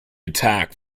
attack